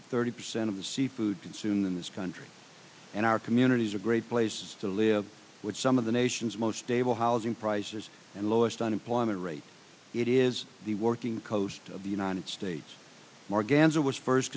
that thirty percent of the seafood consumed in this country and our communities a great place to live with some of the nation's most stable housing prices and lowest unemployment rate it is the working coast of the united states